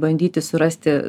bandyti surasti